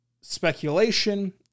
speculation